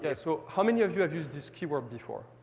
guy so how many of you have used this key word before?